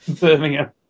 Birmingham